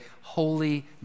holy